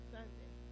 Sunday